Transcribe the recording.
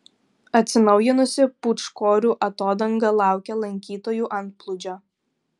atsinaujinusi pūčkorių atodanga laukia lankytojų antplūdžio